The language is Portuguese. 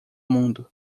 mundo